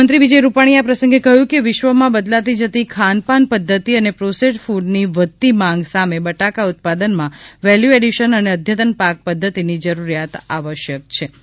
મુખ્યમંત્રી વિજય રૂપાણી એ આ પ્રસંગે કહ્યું હતું કે વિશ્વમાં બદલાતી જતી ખાન પાન પદ્ધતિ અને પ્રોસેસ્ડ ક્રડની વધતી માંગ સામે બટાટા ઉત્પાદનમાં વેલ્યુએડીશન અને અદ્યતન પાક પદ્ધતિની જરૂરિયાત આવશ્યક છી